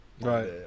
right